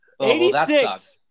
86